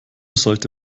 sollte